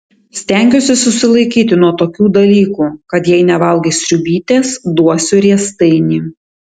stengiuosi susilaikyti nuo tokių dalykų kad jei nevalgai sriubytės duosiu riestainį